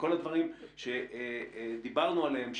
כל הדברים שדיברנו עליהם,